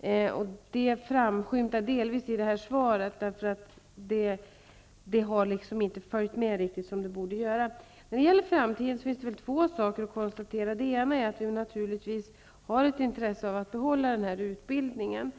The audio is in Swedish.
eftersom de inte har följt med riktigt som de borde. Det framskymtar delvis i det här svaret. När det gäller framtiden finns det två saker att konstatera. Den ena är att vi naturligtvis har ett intresse av att behålla den här utbildningen.